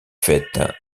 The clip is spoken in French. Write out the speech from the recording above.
faite